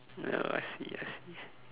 oh I see I see